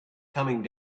coming